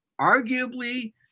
arguably –